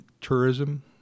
tourism